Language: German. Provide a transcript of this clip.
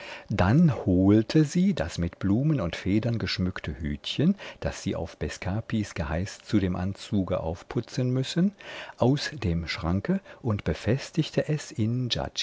dann holte sie das mit blumen und federn geschmückte hütchen das sie auf bescapis geheiß zu dem anzuge aufputzen müssen aus dem schranke und befestigte es in